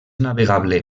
navegable